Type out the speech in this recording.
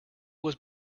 was